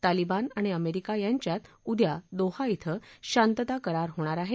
तालिबान आणि अमेरिका यांच्यात उद्या दोहा थिं शांतता करार होणार आहे